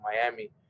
Miami